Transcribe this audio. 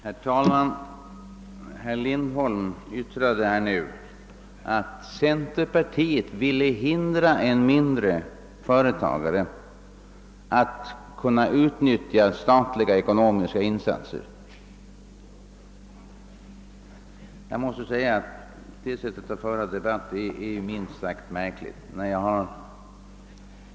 Herr talman! Herr Lindholm yttrade nyss att centerpartiet ville hindra mindre företag från att kunna utnyttja statliga ekonomiska insatser. Jag tycker att det sättet att föra debatt är minst sagt märkligt.